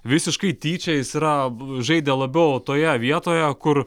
visiškai tyčia jis yra žaidė labiau toje vietoje kur